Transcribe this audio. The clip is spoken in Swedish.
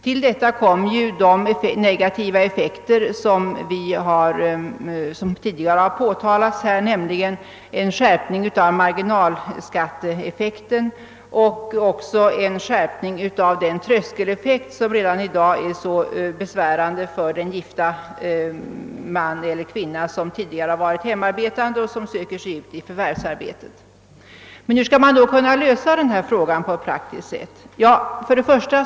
Till detta kommer de negativa effekter som tidigare påtalats, alltså skärpningen av marginalskatteeffekten och av den tröskeleffekt som redan nu är högst besvärande för den man eller kvinna som tidigare varit hemmaarbetande och som ger sig ut i förvärvsarbete. Hur skall man då på ett praktiskt sätt kunna lösa dessa frågor?